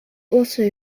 also